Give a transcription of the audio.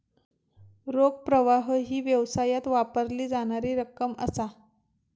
रोख प्रवाह ही व्यवसायात वापरली जाणारी रक्कम असा